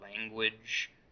language